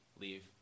leave